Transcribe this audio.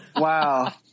Wow